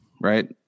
right